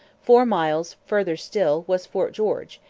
four miles farther still was fort george,